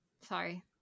Sorry